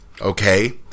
Okay